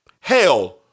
Hell